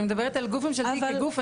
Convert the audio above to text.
אני מדברת על גוף ממשלתי כגוף,